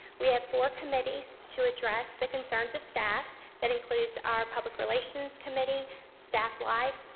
we have four committees to address the concerns of staff that includes our public relations committee, staff life,